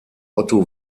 otto